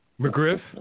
McGriff